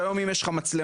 שהיום אם יש לך מצלמה,